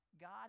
God